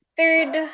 third